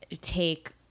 take